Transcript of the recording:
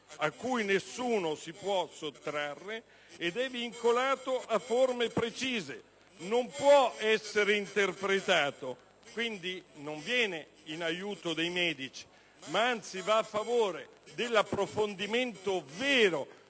a cui nessuno può sottrarsi, ed è vincolato a forme precise, pertanto non può essere interpretato. Esso non viene in aiuto dei medici; anzi, va a favore dell'approfondimento vero